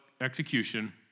execution